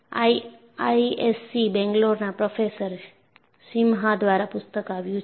IISc બેંગ્લોરના professor Simha દ્વારા પુસ્તક આવ્યું છે